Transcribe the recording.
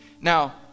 now